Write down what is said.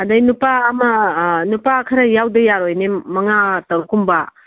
ꯑꯗꯒꯤ ꯅꯨꯄꯥ ꯑꯃ ꯅꯨꯄꯥ ꯈꯔ ꯌꯥꯎꯗ ꯌꯥꯔꯣꯏꯅꯦ ꯃꯉꯥ ꯇꯔꯨꯛ ꯀꯨꯝꯕ